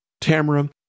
Tamara